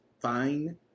fine